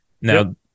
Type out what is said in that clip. now